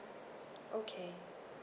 okay